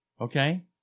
Okay